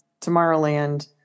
Tomorrowland